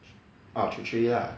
oh three three lah